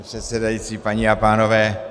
Pane předsedající, paní a pánové.